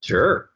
Sure